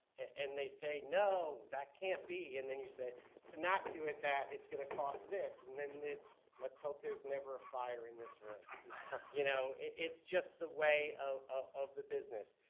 and they say no that can't be. and then you say to not do it that it's going to cost this. and then it's let's hope there's never a fire in this room. laughter you know, it's just the way of of the business.